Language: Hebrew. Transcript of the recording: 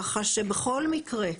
ככה שבכל מקרה,